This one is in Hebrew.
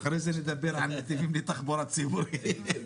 אחרי זה נדבר על נתיבים לתחבורה ציבורית.